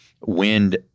wind